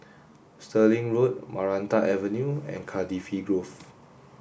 Stirling Road Maranta Avenue and Cardifi Grove